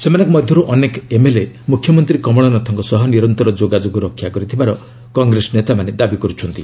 ସେମାନଙ୍କ ମଧ୍ୟର୍ ଅନେକ ଏମ୍ଏଲ୍ଏ ମ୍ରଖ୍ୟମନ୍ତ୍ରୀ କମଳନାଥଙ୍କ ସହ ନିରନ୍ତର ଯୋଗାଯୋଗ ରକ୍ଷା କରିଥିବାର କଂଗ୍ରେସ ନେତାମାନେ ଦାବି କର୍ରଛନ୍ତି